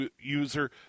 user